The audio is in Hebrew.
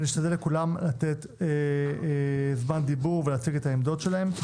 נשתדל לתת לכולם זמן דיבור ולהציג את העמדות שלהם.